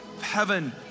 heaven